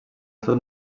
estat